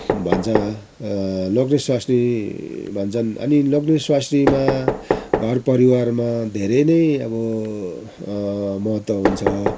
भन्छ लोग्ने स्वास्नी भन्छन् अनि लोग्ने स्वास्नीमा घर परिवारमा धेरै नै अब महत्व हुन्छ